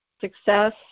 success